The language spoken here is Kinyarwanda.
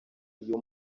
iyo